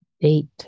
date